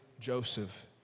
Joseph